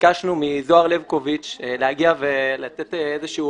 ביקשנו מזוהר לבקוביץ להגיע ולתת איזושהי